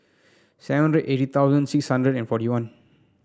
seven hundred eighty thousand six hundred and forty one